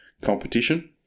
competition